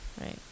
right